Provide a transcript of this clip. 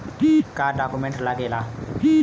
का डॉक्यूमेंट लागेला?